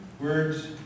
words